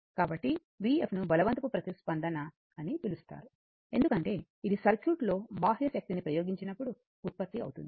కాబట్టి vf ను బలవంతపు ప్రతిస్పందన అని పిలుస్తారు ఎందుకంటే ఇది సర్క్యూట్ లో బాహ్య శక్తిని ప్రయోగించినప్పుడు ఉత్పత్తి అవుతుంది